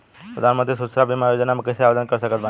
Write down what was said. प्रधानमंत्री सुरक्षा बीमा योजना मे कैसे आवेदन कर सकत बानी?